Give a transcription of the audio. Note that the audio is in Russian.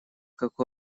как